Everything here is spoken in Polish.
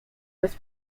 bez